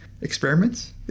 experiments